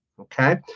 Okay